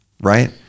right